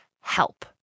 help